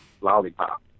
Lollipop